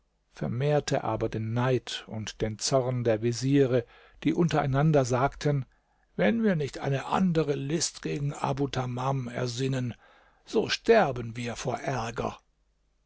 vermehrte aber den neid und den zorn der veziere die untereinander sagten wenn wir nicht eine andere list gegen abu tamam ersinnen so sterben wir vor ärger